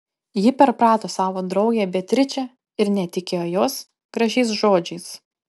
ji perprato savo draugę beatričę ir netikėjo jos gražiais žodžiais